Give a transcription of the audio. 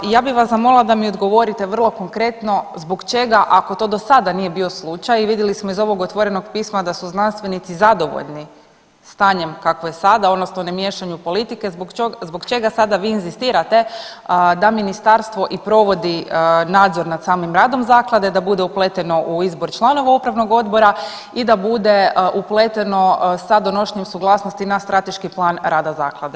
ja bi vas zamolila da mi odgovorite vrlo konkretno zbog čega, ako to dosada nije bio slučaj i vidjeli smo iz ovog otvorenog pisma da su znanstvenici zadovoljni stanjem kakvo je sada odnosno ne miješanju politike, zbog čega sada vi inzistirate da ministarstvo i provodi nadzor nad samim radom zaklade, da bude upleteno u izbor i članova upravnog odbora i da bude upleteno sa donošenjem suglasnosti na strateški plan rada zaklade.